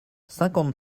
cinquante